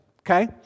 okay